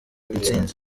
intsinzi